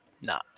nah